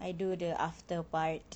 I do the after part